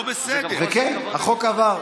ובכן, החוק עבר,